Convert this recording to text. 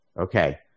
Okay